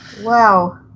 Wow